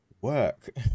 work